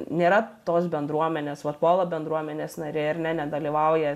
nėra tos bendruomenės vat pola bendruomenės nariai ar ne nedalyvauja